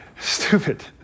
stupid